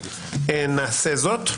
נעשה זאת,